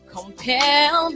Compel